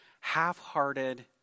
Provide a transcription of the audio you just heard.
half-hearted